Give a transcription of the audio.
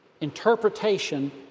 interpretation